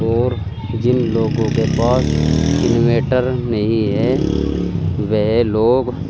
اور جن لوگوں کے پاس انویٹر نہیں ہے وہ لوگ